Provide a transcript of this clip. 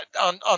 on